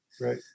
right